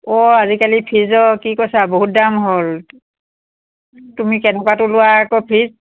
অ' আজিকালি ফ্ৰিজৰ কি কৈছা বহুত দাম হ'ল তুমি কেনেকুৱাটো লোৱা আকৌ ফ্ৰিজ